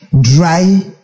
dry